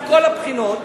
מכל הבחינות,